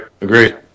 Agreed